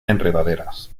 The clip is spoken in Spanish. enredaderas